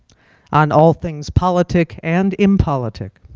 on all things politic and in politic.